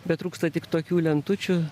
betrūksta tik tokių lentučių